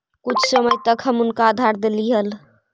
कुछ समय तक हम उनका उधार देली हल